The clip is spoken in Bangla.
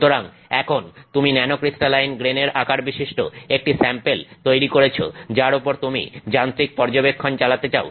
সুতরাং এখন তুমি ন্যানোক্রিস্টালাইন গ্রেনের আকারবিশিষ্ট একটি স্যাম্পেল তৈরী করেছ যার ওপর তুমি যান্ত্রিক পর্যবেক্ষণ চালাতে চাও